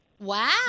Wow